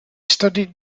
studied